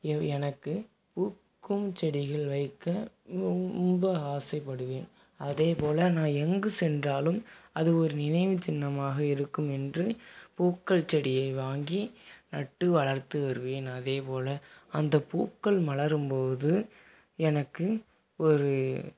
எனக்கு பூக்கும் செடிகள் வைக்க ரொம்ப ஆசைபடுவேன் அதேபோல் நான் எங்கு சென்றாலும் அது ஒரு நினைவு சின்னமாக இருக்குமென்று பூக்கள் செடியை வாங்கி நட்டு வளர்த்து வருவேன் அதேபோல் அந்த பூக்கள் மலரும் போது எனக்கு ஒரு